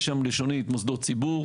יש שם לשונית 'מוסדות ציבור',